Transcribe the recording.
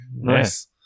Nice